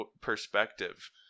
perspective